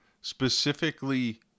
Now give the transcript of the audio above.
specifically